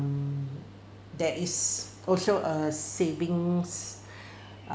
mm there is also a savings